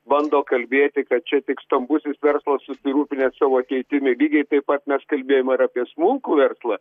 bando kalbėti kad čia tik stambusis verslas susirūpinęs savo ateitimi lygiai taip pat mes kalbėjom ir apie smulkų verslą